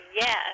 yes